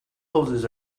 hoses